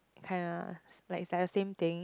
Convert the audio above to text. kinda like it's like the same thing